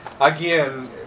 again